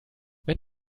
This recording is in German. wenn